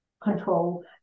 control